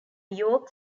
york